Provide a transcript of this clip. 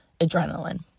adrenaline